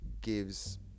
gives